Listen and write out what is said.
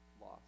loss